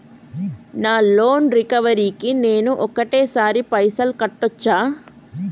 నా loan recovery కి నేను ఒకటేసరి పైసల్ కట్టొచ్చా?